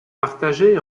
partagés